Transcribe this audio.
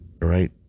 Right